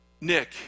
Nick